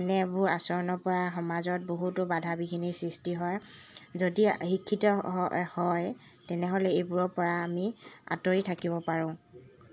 এনেবোৰ আচৰণৰ পৰা সমাজত বহুতো বাধা বিঘিনিৰ সৃষ্টি হয় যদি শিক্ষিত হয় হয় তেনেহ'লে এইবোৰৰ পৰা আমি আঁতৰি থাকিব পাৰোঁ